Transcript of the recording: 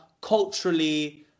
culturally